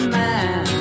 man